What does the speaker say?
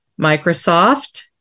Microsoft